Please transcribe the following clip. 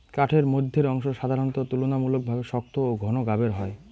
কাঠের মইধ্যের অংশ সাধারণত তুলনামূলকভাবে শক্ত ও ঘন গাবের হয়